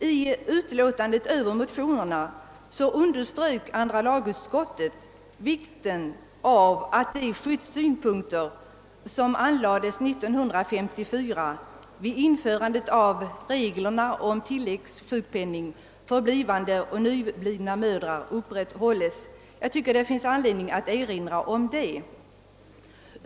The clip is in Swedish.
I utlåtandet över motionen underströk andra lagutskottet vikten av att de skyddssynpunkter som anlades 1954 vid införandet av reglerna om tilläggssjukpenning för blivande och nyblivna mödrar upprätthålls. Jag tycker det finns anledning att erinra om det.